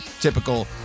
typical